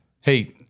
Hey